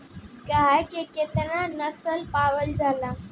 गाय के केतना नस्ल पावल जाला?